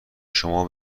شما